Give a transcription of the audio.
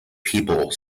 people